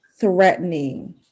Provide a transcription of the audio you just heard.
threatening